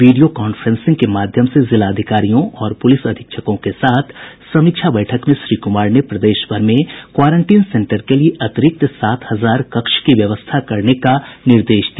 video conferencing के माध्यम से जिलाधिकारियों और पुलिस अधीक्षकों के साथ समीक्षा बैठक में श्री कुमार ने प्रदेश भर में क्वारेंटिन सेंटर के लिए अतिरिक्त सात हजार कक्ष की व्यवस्था करने का निर्देश दिया